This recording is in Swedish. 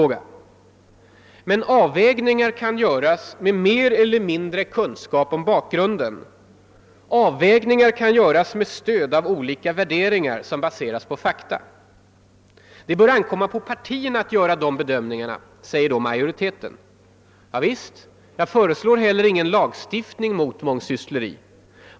Men avvägningar kan göras med mer eller mindre kunskap om bakgrunden, avvägningar kan göras med stöd av olika värderingar som baseras på fakta. Det bör ankomma på partierna att göra de bedömningarna, säger då utskottsmajoriteten. Ja visst, jag föreslår heller ingen lagstiftning mot mångsyssleriet.